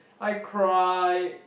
I cry